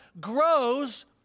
grows